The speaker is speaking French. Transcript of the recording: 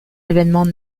événements